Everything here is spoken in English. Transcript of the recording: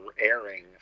airing